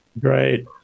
Great